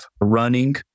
running